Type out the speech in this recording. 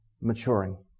maturing